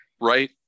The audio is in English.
right